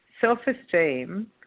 self-esteem